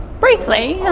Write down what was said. briefly.